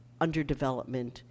underdevelopment